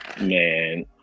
Man